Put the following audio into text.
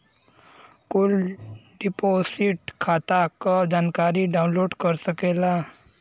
कुल डिपोसिट खाता क जानकारी डाउनलोड कर सकेला